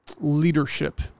leadership